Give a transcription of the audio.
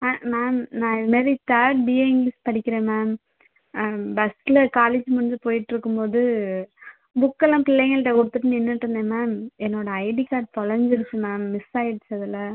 ஆ ma'am நான் இதுமாதிரி third BA English படிக்கிறேன் மேம் பஸ்ஸில் காலேஜ் முடிஞ்சு போயிட்டுருக்கும் போது புக்கெல்லாம் பிள்ளைங்கள்கிட்ட கொடுத்துட்டு நின்றுட்டு இருந்தேன் மேம் என்னோடய ஐடி கார்டு தொலைஞ்சிடுச்சு மேம் மிஸ் ஆகிடுச்சி அதில்